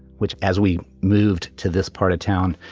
which as we moved to this part of town,